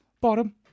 bottom